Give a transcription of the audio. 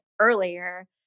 earlier